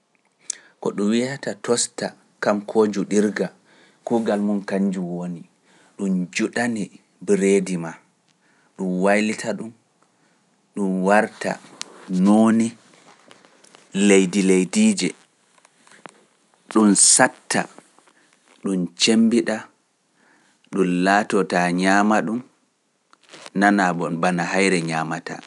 Ko ɗum wiyata tosta kam koo njuɗirga, kuugal mum kanjum woni, ɗum juɗa mbtreedi maa, ɗum waylita ɗum, ɗum warta nooni leyde leydiije, ɗum saɗta, ɗum cemmbiɗa, ɗum laato ta ñaama ɗum, nana boa bana haayre ñaamata.